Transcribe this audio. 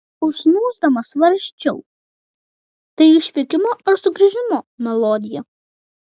užsnūsdama svarsčiau tai išvykimo ar sugrįžimo melodija